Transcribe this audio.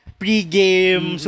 pre-game